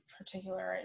particular